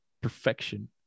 perfection